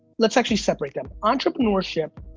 let's actually separate them. entrepreneurship